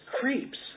creeps